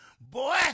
boy